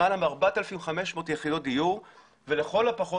למעלה מ-4,500 יחידות דיור ולכל הפחות